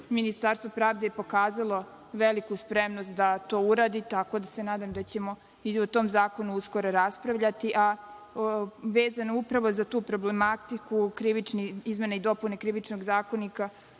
Ministarstvo pravde je pokazalo veliku spremnost da to uradi, tako da se nadam da ćemo i o tom zakonu uskoro raspravljati. Vezano upravo za tu problematiku, izmene i dopune Krivičnog zakonika